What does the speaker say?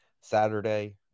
Saturday